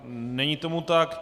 Není tomu tak.